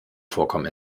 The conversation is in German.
vorkommen